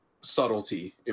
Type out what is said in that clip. subtlety